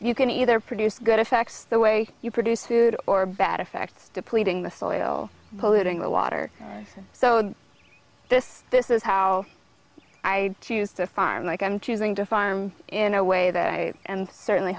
you can either produce good effects the way you produce food or bad effect depleting the soil polluting the water so this this is how i choose to farm like i'm choosing to farm in a way that i certainly